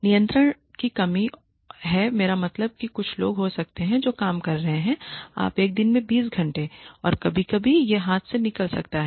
नियंत्रण की कमी है मेरा मतलब है कि कुछ लोग हो सकते हैं जो काम कर रहे हों आप एक दिन में 20 घंटे और कभी कभी यह हाथ से निकल सकता है